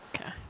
okay